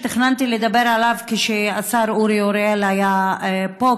שתכננתי לדבר עליו כשהשר אורי אריאל היה פה,